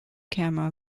camera